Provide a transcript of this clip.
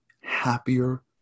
happier